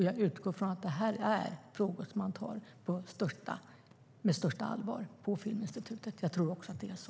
Jag utgår från att detta är frågor som man tar på största allvar på Filminstitutet. Jag tror också att det är så.